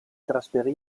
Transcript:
trasferì